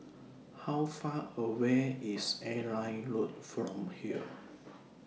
How Far away IS Airline Road from here